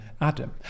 Adam